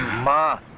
ma?